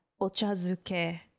ochazuke